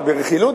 ברכילות,